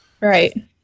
Right